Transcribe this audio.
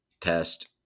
test